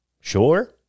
sure